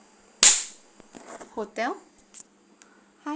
hotel hi